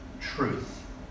Truth